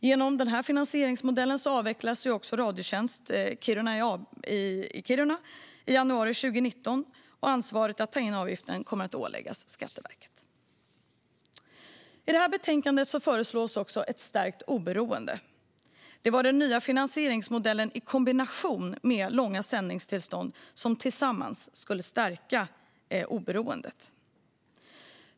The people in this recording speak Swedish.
Genom finansieringsmodellen avvecklas även Radiotjänst i Kiruna AB i januari 2019, och ansvaret att ta in avgiften kommer att åläggas Skatteverket. I betänkandet föreslås också ett stärkt oberoende. Det var den nya finansieringsmodellen i kombination med långa sändningstillstånd som tillsammans skulle stärka oberoendet.